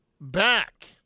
back